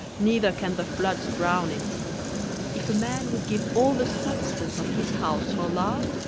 neither can the floods drown it if a man would give all the substance of his house for love,